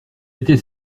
était